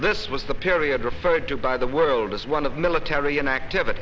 this was the period referred to by the world as one of military activity